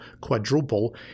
quadruple